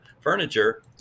furniture